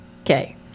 okay